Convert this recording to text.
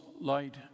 light